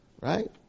right